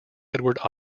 edward